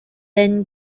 bin